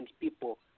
people